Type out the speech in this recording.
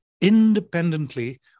independently